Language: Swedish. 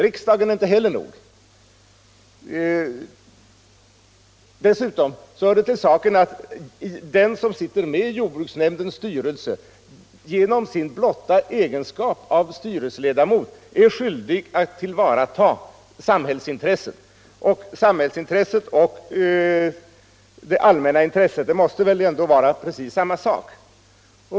Riksdagen är inte heller nog. Dessutom hör det till saken att den som sitter med i jordbruksnämndens styrelse genom sin blotta egenskap av styrelseledamot är skyldig att tillvarata samhällsintresset. Och samhällsintresset och det allmänna intresset måste väl ändå vara precis samma sak.